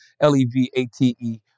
L-E-V-A-T-E